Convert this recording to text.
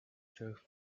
jerk